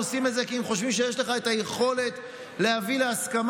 עושים את זה כי הם חושבים שיש לך את היכולת להביא להסכמה,